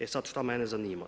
E sad šta mene zanima.